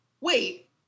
wait